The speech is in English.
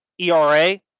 ERA